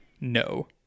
no